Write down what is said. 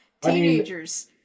Teenagers